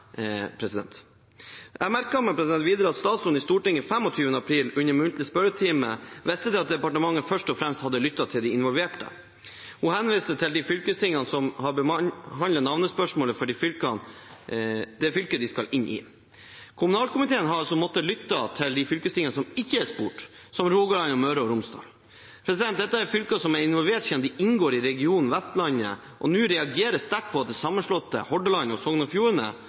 Jeg merket meg at statsråden i Stortinget den 25. april, under den muntlige spørretimen, viste til at departementet først og fremst har lyttet til de involverte. Hun henviste til de fylkestingene som har behandlet navnespørsmålet for det fylket de skal inn i. Kommunal- og forvaltningskomiteen har også måttet lytte til de fylkestingene som ikke er spurt, som Rogaland og Møre og Romsdal. Dette er fylker som er involvert siden de inngår i regionen Vestlandet, som nå reagerer sterkt på at det sammenslåtte fylket Hordaland og Sogn og Fjordane